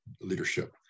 leadership